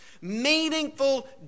meaningful